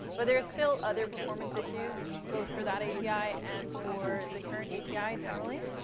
but there are still other performance issues, both for that api and for the current api generally.